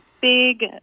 big